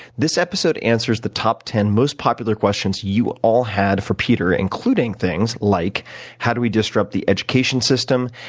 this episode answers the top ten most popular questions you all had for peter, including things like how do we disrupt the education system?